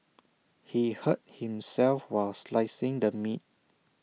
he hurt himself while slicing the meat